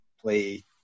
play